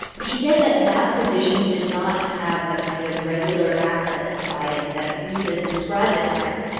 she said that that position did not have the kind of regular access to biden that reade has described at times.